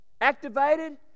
activated